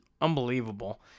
unbelievable